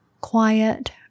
quiet